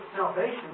salvation